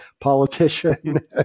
politician